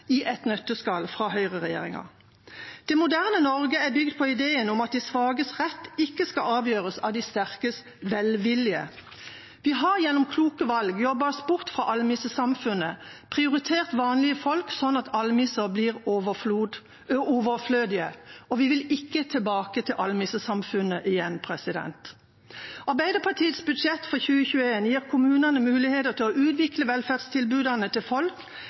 i et nøtteskall fra høyreregjeringa. Det moderne Norge er bygd på ideen om at de svakes rett ikke skal avgjøres av de sterkes velvilje. Vi har gjennom kloke valg jobbet oss bort fra almissesamfunnet, prioritert vanlige folk, sånn at almisser blir overflødige, og vi vil ikke tilbake til almissesamfunnet igjen. Arbeiderpartiets budsjett for 2021 gir kommunene muligheter til å utvikle velferdstilbudet til folk,